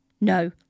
no